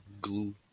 Glue